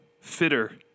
Fitter